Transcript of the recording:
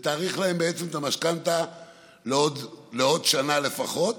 ובעצם תאריך להם את המשכנתה בעוד שנה לפחות,